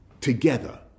together